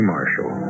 Marshall